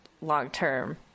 long-term